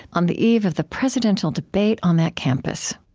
on the eve of the presidential debate on that campus